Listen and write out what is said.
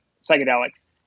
psychedelics